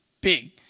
big